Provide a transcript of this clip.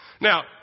Now